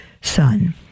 son